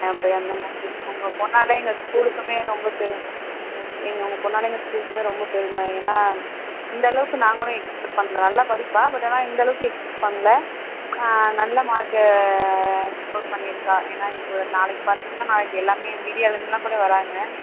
உங்கள் பெண்ணால எங்கள் ஸ்கூலுக்கும் ரொம்ப பெருமை உங்கள் பெண்ணால எங்கள் ஸ்கூலுக்கும் ரொம்ப பெருமை ஏன்னா இந்தளவுக்கு நாங்களும் எக்ஸ்பெக்ட் பண்ணல நல்லா படிப்பாள் பட் ஆனால் இந்தளவுக்கு எக்ஸ்பெக்ட் பண்ணல நல்ல மார்க் ஸ்கோர் பண்ணியிருக்கா ஏன்னா இப்போது நாளைக்கு பார்த்திங்கனா நாளைக்கு எல்லாம் மீடியாவில் இருந்தெல்லாம் கூட வர்றாங்க